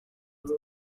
misa